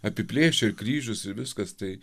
apiplėšė ir kryžius ir viskas tai